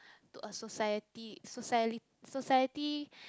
to a society socie~ society